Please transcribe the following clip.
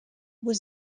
was